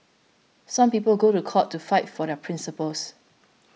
some people go to court to fight for their principles